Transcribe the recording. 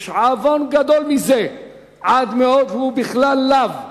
יש עוון גדול מזה עד מאוד, והוא בכלל לאו,